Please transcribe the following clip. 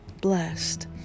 blessed